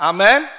Amen